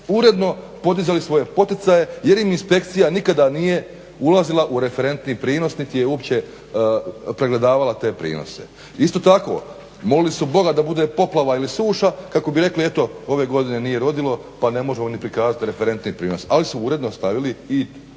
uredno podizali svoje poticaje jer im inspekcija nikada nije ulazila u referentni prinos niti je uopće pregledavala te prinose. Isto tako molili su Boga da bude poplava ili suša kako bi rekli eto ove godine nije rodilo pa ne možemo ni prikazati referentni prinos. Ali su uredno stavili i